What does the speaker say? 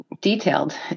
Detailed